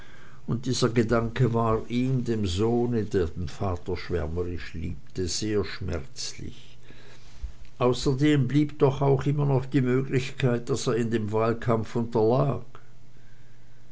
und dieser gedanke war ihm dem sohne der den vater schwärmerisch liebte sehr schmerzlich außerdem blieb doch auch immer noch die möglichkeit daß er in dem wahlkampf unterlag